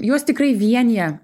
juos tikrai vienija